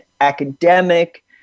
academic